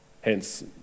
hence